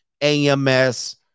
AMS